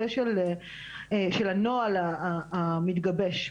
בנוסף אני רוצה לחזק את הדברים שנאמרו בהקשר הזה של הנוהל המתגבש,